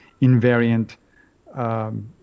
invariant